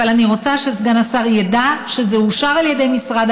אבל אני רוצה שסגן השר ידע שזה אושר על ידי משרד